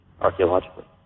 archaeologically